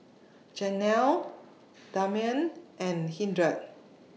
Janell Damion and Hildred